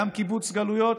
גם קיבוץ גלויות,